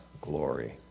glory